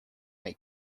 may